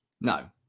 no